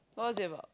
what is it about